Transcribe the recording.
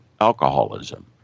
alcoholism